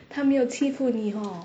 他没有欺负你 hor